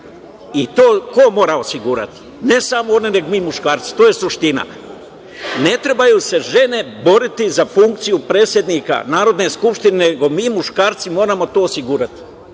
I to ko mora osigurati? Ne samo one nego i mi muškarci. To je suština. Ne trebaju se žene boriti za funkciju predsednika Narodne skupštine, nego mi muškarci moramo to osigurati.